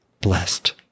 blessed